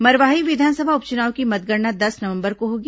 मरवाही विधानसभा उपचुनाव की मतगणना दस नवंबर को होगी